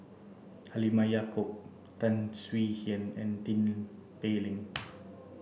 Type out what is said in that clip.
Halimah Yacob Tan Swie Hian and Tin Pei Ling